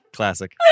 Classic